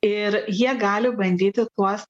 ir jie gali bandyti tuos